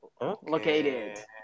located